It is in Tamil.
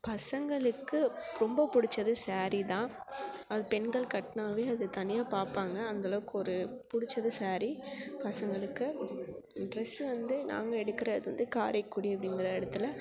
பசங்களுக்கு ரொம்ப பிடிச்சது ஸாரி தான் அது பெண்கள் கட்டினாவே அது தனியாக பார்ப்பாங்க அந்தளவுக்கு ஒரு பிடிச்சது சேரி பசங்களுக்கு ட்ரெஸ் வந்து நாங்கள் எடுக்குறது வந்து காரைக்குடி அப்படிங்குற இடத்துல